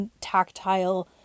tactile